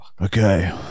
Okay